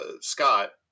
Scott